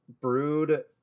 brewed